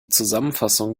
zusammenfassung